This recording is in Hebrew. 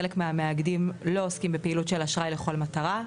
חלק מהמאגדים לא עוסקים בפעילות של אשראי לכל מטרה.